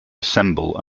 assemble